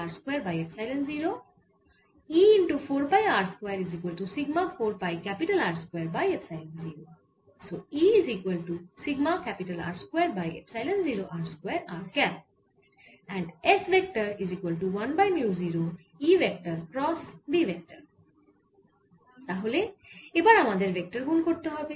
তাহলে এবার আমাদের ভেক্টর গুন করতে হবে